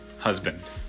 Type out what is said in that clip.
husband